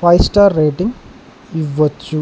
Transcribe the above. five star rating ఇవ్వచ్చు